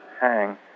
hang